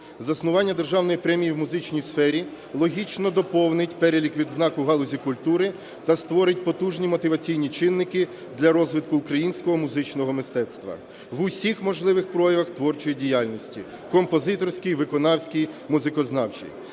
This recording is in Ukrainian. Заснування державної премії у музичній сфері логічно доповнить перелік відзнак у галузі культури та створить потужні мотиваційні чинники для розвитку українського музичного мистецтва в усіх можливих проявах творчої діяльності – композиторській, виконавській, музикознавчій.